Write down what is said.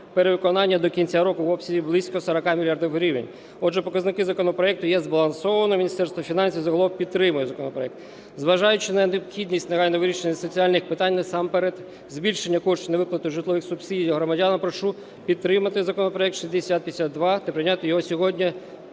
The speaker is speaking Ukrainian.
перевиконання до кінця року в обсязі близько 40 мільярдів гривень. Отже, показники законопроекту є збалансованими, Міністерство фінансів загалом підтримує законопроект. Зважаючи на необхідність негайного вирішення соціальних питань, насамперед збільшення коштів на виплату житлових субсидій громадянам, прошу підтримати законопроект 6052 та прийняти його сьогодні